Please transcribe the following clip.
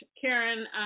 Karen